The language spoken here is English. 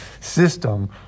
system